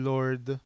Lord